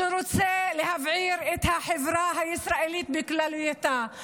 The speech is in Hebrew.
שרוצה להבעיר את החברה הישראלית בכללותה.